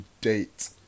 date